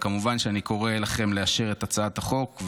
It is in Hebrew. וכמובן אני קורא לכם לאשר את הצעת החוק,